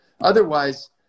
otherwise